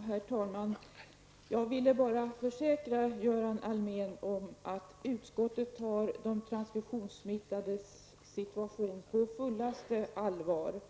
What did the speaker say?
Herr talman! Jag ville bara försäkra Göran Allmér om att utskottet tar de transfusionssmittades situation på fullaste allvar.